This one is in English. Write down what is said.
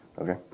okay